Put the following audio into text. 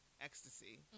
ecstasy